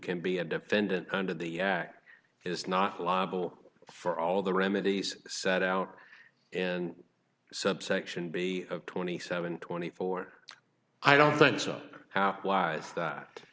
can be a defendant under the act is not liable for all the remedies set out and subsection b of twenty seven twenty four i don't think so how why's